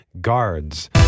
guards